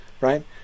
right